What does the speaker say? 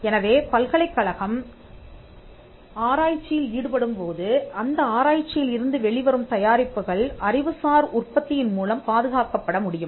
எனவே பல்கலைக்கழகம் ஆராய்ச்சியில் ஈடுபடும் போது அந்த ஆராய்ச்சியில் இருந்து வெளிவரும் தயாரிப்புகள் அறிவுசார் உற்பத்தியின் மூலம் பாதுகாக்கப்பட முடியும்